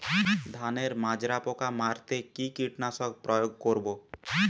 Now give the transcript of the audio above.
ধানের মাজরা পোকা মারতে কি কীটনাশক প্রয়োগ করব?